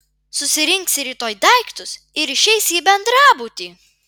susirinksi rytoj daiktus ir išeisi į bendrabutį